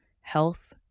health